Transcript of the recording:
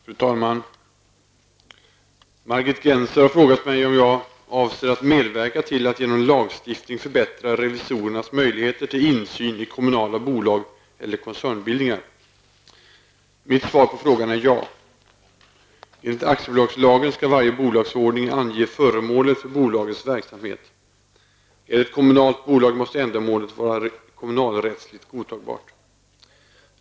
Fru talman! Margit Gennser har frågat mig om jag avser att medverka till att genom lagstiftning förbättra revisorernas möjligheter till insyn i kommunala bolag eller koncernbildningar. Mitt svar på frågan är ja. Enligt aktiebolagslagen skall varje bolagsordning ange föremålet för bolagets verksamhet. Är det ett kommunalt bolag måste ändamålet vara kommunalrättsligt godtagbart.